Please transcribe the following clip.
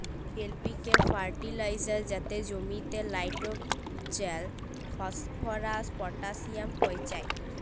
LPK fertiliser যাতে জমিতে nitrogen, phosphorus, potassium পৌঁছায়